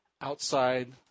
outside